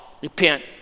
repent